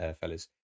fellas